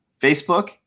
Facebook